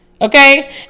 Okay